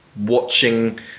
watching